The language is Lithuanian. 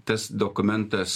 tas dokumentas